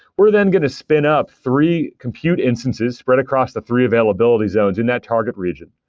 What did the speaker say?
we're then given to spin up three compute instances right across the three availability zones in that target region.